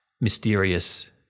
mysterious